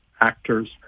actors